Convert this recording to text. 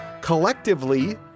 Collectively